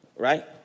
right